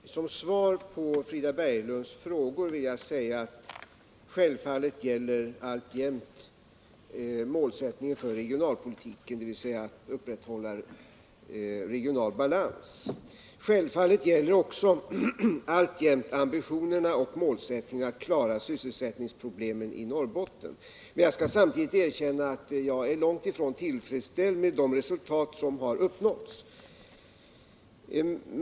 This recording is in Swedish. Herr talman! Som svar på Frida Berglunds frågor vill jag säga: Självfallet gäller alltjämt målsättningen för regionalpolitiken, dvs. upprätthållande av regional balans. Självfallet gäller också alltjämt ambitionen och målsättningen att klara sysselsättningsproblemen i Norrbotten. Men jag skall samtidigt erkänna att jag är långt ifrån tillfredsställd med de resultat som har uppnåtts.